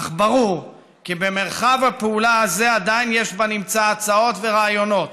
אך ברור כי במרחב הפעולה הזה עדיין יש בנמצא הצעות ורעיונות